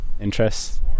interests